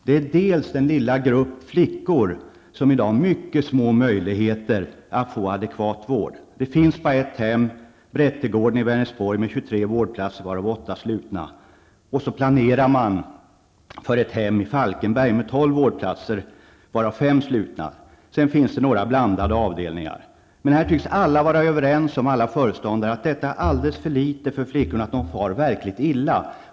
Den ena är den lilla grupp flickor som i dag har små möjligheter att få adekvat vård. Det finns bara ett hem, Brättegården i Vänersborg med tjugotre vårdplatser, varav åtta slutna, och så planerar man för ett hem i Falkenberg med tolv vårdplatser, varav fem slutna. Sedan finns det några blandade avdelningar. Alla föreståndare tycks vara överens om att detta är alldeles för litet för flickorna, som far verkligt illa.